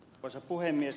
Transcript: arvoisa puhemies